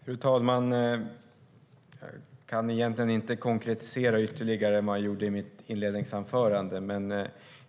Fru talman! Jag kan egentligen inte konkretisera mer än vad jag gjorde i mitt interpellationssvar.